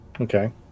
Okay